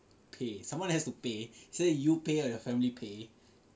pay someone has to pay say you pay or your family pay